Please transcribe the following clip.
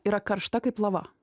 yra karšta kaip lava